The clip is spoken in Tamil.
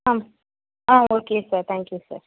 ஆ ஆ okay sir thank you sir